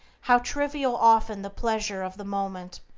how trivial often the pleasure of the moment,